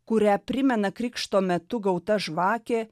kurią primena krikšto metu gauta žvakė